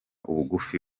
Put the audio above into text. ubugufi